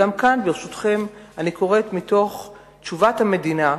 גם כאן, ברשותכם, אני קוראת מתוך תשובת המדינה,